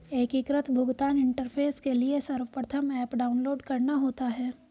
एकीकृत भुगतान इंटरफेस के लिए सर्वप्रथम ऐप डाउनलोड करना होता है